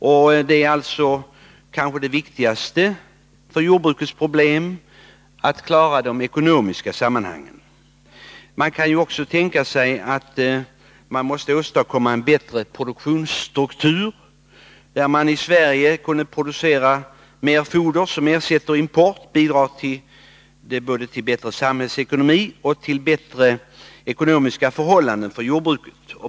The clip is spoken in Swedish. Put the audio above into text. Och det viktigaste för jordbrukets del är kanske de ekonomiska sammanhangen. Man kan också tänka sig att söka åstadkomma en bättre produktionsstruktur, så att man i Sverige kunde producera mer foder som ersättning för importen. Det skulle bidra både till bättre samhällsekonomi och till bättre ekonomiska förhållanden för jordbruket.